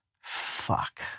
Fuck